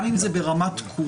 גם אם זה ברמת תקורות,